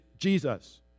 Jesus